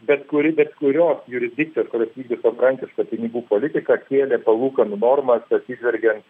bet kuri bet kurios jurisdikcijos kurios vykdė savarankišką pinigų politiką kėlė palūkanų normas atsižvelgiant